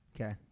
Okay